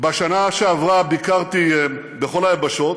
בשנה שעברה ביקרתי בכל היבשות,